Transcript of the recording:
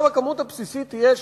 ותעמוד על